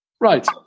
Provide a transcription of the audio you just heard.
Right